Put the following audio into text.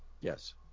Yes